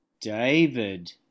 David